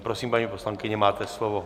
Prosím, paní poslankyně, máte slovo.